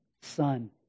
son